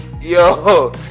Yo